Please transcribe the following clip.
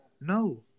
No